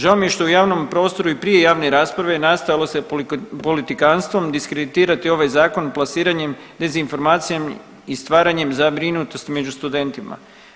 Žao mi je što u javnom prostoru i prije javne rasprave nastavilo se politikantstvom diskreditirati ovaj zakon plasiranjem dezinformacija i stvaranjem zabrinutosti među studentima.